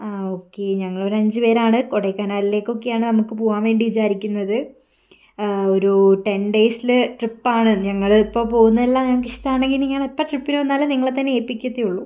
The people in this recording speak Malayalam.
ആ ഓക്കെ ഞങ്ങള് ഒരു അഞ്ച് പേരാണ് കൊടൈക്കനാലിലേക്ക് ഒക്കെയാണ് നമുക്ക് പോകാൻ വേണ്ടി വിചാരിക്കുന്നത് ഒരു ടെൻ ഡേയ്സില് ട്രിപ്പാണ് ഞങ്ങള് ഇപ്പോൾ പോകുന്നതെല്ലാം ഞങ്ങൾക്ക് ഇഷ്ട്ടമാണെങ്കിൽ നിങ്ങള് എപ്പം ട്രിപ്പിന് വന്നാലും നിങ്ങളെ തന്നെ ഏൽപ്പിക്കത്തെയുള്ളൂ